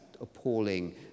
appalling